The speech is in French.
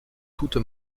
toute